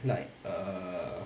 like err